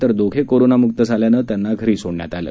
तर दोघे कोरोनामुक्त झाल्यानं त्यांना घरी सोडण्यात आलं